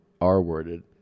R-worded